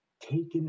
taken